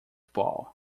paul